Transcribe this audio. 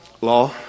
Law